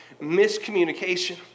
miscommunication